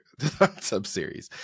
subseries